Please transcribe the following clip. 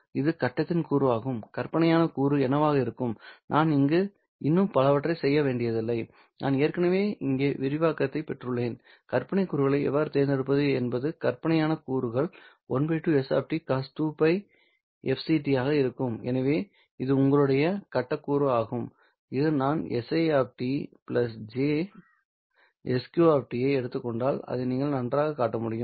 இது கட்டத்தின் கூறு ஆகும் கற்பனையான கூறு என்னவாக இருக்கும் நான் இங்கு இன்னும் பலவற்றைச் செய்ய வேண்டியதில்லை நான் ஏற்கனவே இங்கே விரிவாக்கத்தைப் பெற்றுள்ளேன் கற்பனைக் கூறுகளை எவ்வாறு தேர்ந்தெடுப்பது என்பது கற்பனையான கூறுகள் ½ s cos2πfct ஆக இருக்கும் எனவே இது உங்களுடைய கட்டக் கூறு ஆகும் இது நான் si j sq ஐ எடுத்துக் கொண்டால் அதை நீங்கள் நன்றாகக் காட்ட முடியும்